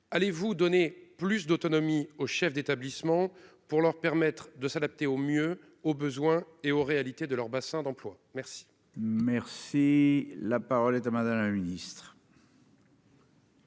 Allez-vous accorder plus d'autonomie aux chefs d'établissement, afin de leur permettre de s'adapter au mieux aux besoins et aux réalités de leur bassin d'emploi ? La parole est à Mme la ministre